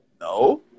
No